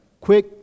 quick